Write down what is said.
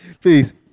Peace